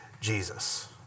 Jesus